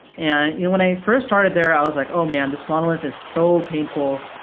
and you know when i first started there, i was like, oh man! this monol ith is so painful.